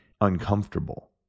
uncomfortable